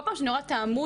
כל פעם שאני רואה את העמוד,